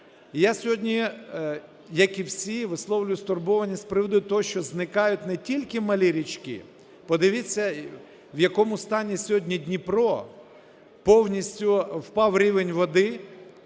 Я сьогодні, як і всі, висловлюю стурбованість з приводу того, що зникають не тільки малі річки. Подивіться, в якому стані сьогодні Дніпро, повністю впав рівень води,